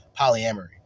polyamory